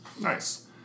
Nice